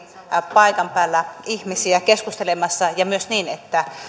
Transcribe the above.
paikan päällä ihmisiä keskustelemassa ja harvoin on myös niin että